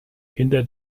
hinter